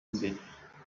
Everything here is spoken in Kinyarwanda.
imbere